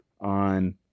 on